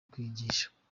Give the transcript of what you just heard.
kwigisha